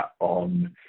on